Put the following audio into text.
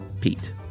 Pete